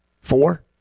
Four